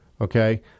Okay